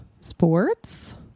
Sports